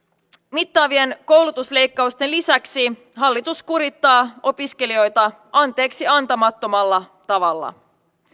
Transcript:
mittavien koulutusleikkausten lisäksi hallitus kurittaa opiskelijoita anteeksiantamattomalla tavalla